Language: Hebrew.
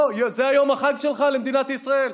לא, זה יום החג שלך למדינת ישראל?